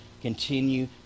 continue